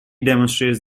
demonstrates